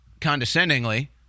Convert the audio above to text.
condescendingly